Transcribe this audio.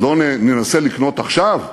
לא ננסה לקנות עכשיו?